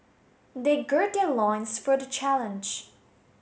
they gird their loins for the challenge